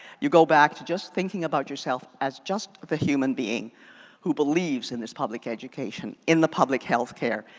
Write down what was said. you go back to just thinking about yourself as just the human being who believes in this public education. in the public healthcare.